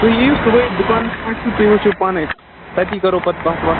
تُہۍ یِیِو صُبحٲے دُکانَس پٮ۪ٹھ تہٕ تُہۍ وُچھِو پانَے تَتی کَرو پَتہٕ کَتھ وَتھ